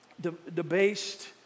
debased